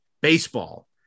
baseball